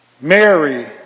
Mary